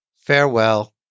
Farewell